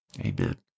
Amen